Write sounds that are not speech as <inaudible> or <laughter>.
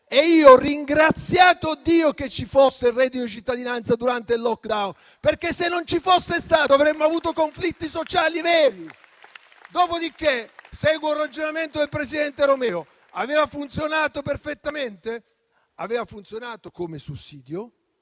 E io ho ringraziato Dio che ci fosse il reddito di cittadinanza durante il *lockdown*, perché, se non ci fosse stato, avremmo avuto conflitti sociali veri. <applause> Dopodiché, seguo il ragionamento del presidente Romeo: aveva funzionato perfettamente? Aveva funzionato come sussidio.